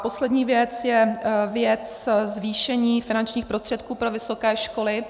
Poslední věc je věc zvýšení finančních prostředků pro vysoké školy.